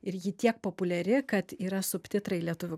ir ji tiek populiari kad yra subtitrai lietuvių